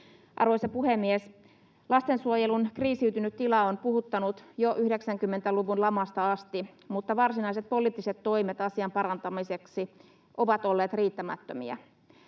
Arvoisa puhemies! Lastensuojelun kriisiytynyt tila on puhuttanut jo 90-luvun lamasta asti, mutta varsinaiset poliittiset toimet asian parantamiseksi ovat olleet riittämättömiä.